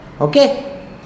Okay